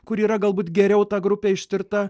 kur yra galbūt geriau ta grupė ištirta